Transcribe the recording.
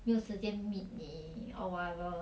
没有时间 meet 你 or whatever